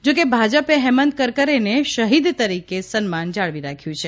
જો કે ભાજપે હેમંત કરકરેને શહીદ તરીકે સન્માન જાળવી રાખ્યું છે